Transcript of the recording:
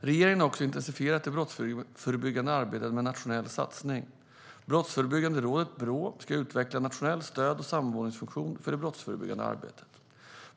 Regeringen har också intensifierat det brottsförebyggande arbetet med en nationell satsning. Brottsförebyggande rådet, Brå, ska utveckla en nationell stöd och samordningsfunktion för det brottsförebyggande arbetet.